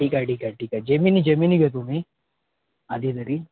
ठीक आहे ठीक आहे ठीक आहे जेमिनी जेमिनी घेतो मी आधी तरी